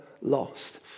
lost